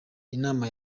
inama